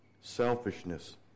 selfishness